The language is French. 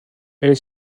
est